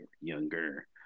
younger